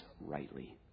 rightly